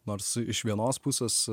nors iš vienos pusės